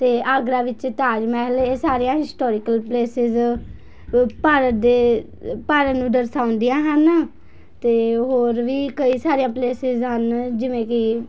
ਅਤੇ ਆਗਰਾ ਵਿੱਚ ਤਾਜ ਮਹਿਲ ਇਹ ਸਾਰੀਆਂ ਹਿਸਟੋਰੀਕਲ ਪਲੇਸਿਸ ਭਾਰਤ ਦੇ ਭਾਰਤ ਨੂੰ ਦਰਸਾਉਂਦੀਆਂ ਹਨ ਅਤੇ ਹੋਰ ਵੀ ਕਈ ਸਾਰੀਆਂ ਪਲੇਸਿਸ ਹਨ ਜਿਵੇਂ ਕਿ